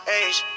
age